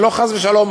ולא חס ושלום